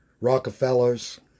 Rockefellers